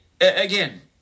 Again